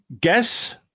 Guess